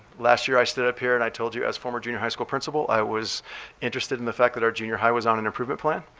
last year i stood up here and i told you as former junior high school principal i was interested in the fact that our junior high was on an improvement plan.